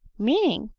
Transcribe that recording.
meaning!